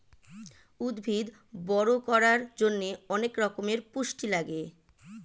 উদ্ভিদ বড় করার জন্যে অনেক রকমের পুষ্টি লাগে